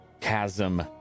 chasm